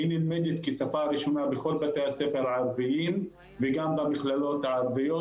והיא נלמדת כשפה ראשונה בכל בתי הספר הערביים ובמכללות הערביות